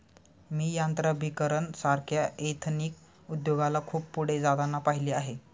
मी यात्राभिकरण सारख्या एथनिक उद्योगाला खूप पुढे जाताना पाहिले आहे